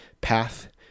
path